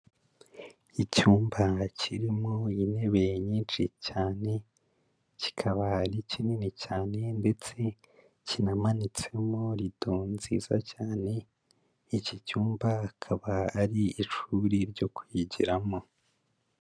Icyumba kirimo intebe nyinshi cyane, kikaba ari kinini cyane ndetse kinamanitsemo rido nziza cyane, iki cyumba akaba ari ishuri ryo kwigiramo.